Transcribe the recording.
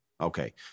Okay